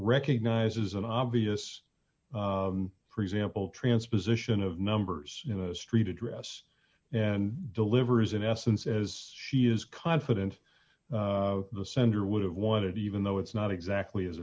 recognizes an obvious for example transposition of numbers in a street address and delivers an essence as she is confident the sender would have wanted even though it's not exactly as